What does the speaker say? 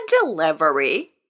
delivery